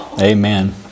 Amen